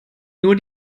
nur